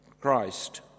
Christ